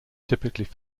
typically